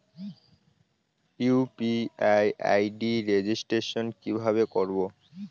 UPI ID registration কিভাবে করব?